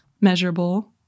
measurable